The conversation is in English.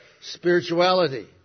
spirituality